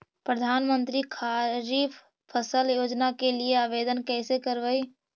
प्रधानमंत्री खारिफ फ़सल योजना के लिए आवेदन कैसे करबइ?